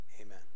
amen